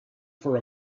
for